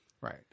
Right